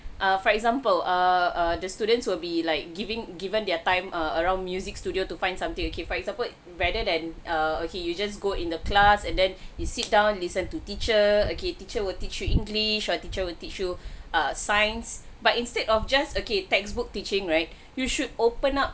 err for example err err the students will be like giving given their time err around music studio to find something okay for example rather than err okay you just go in the class and then you sit down and listen to teacher okay teacher will teach you english your teacher will teach you err science but instead of just okay textbook teaching right you should open up